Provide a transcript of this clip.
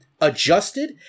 adjusted